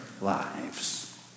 lives